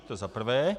To za prvé.